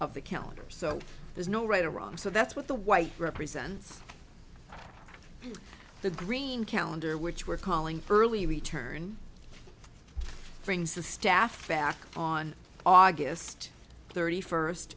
of the calendars so there's no right or wrong so that's what the white represents the green calendar which we're calling for early return brings the staff back on august thirty first